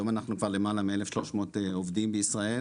היום אנחנו כבר למעלה מאלף שלוש מאות עובדים בישראל,